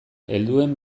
helduen